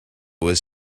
was